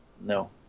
No